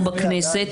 קבלתו בכנסת"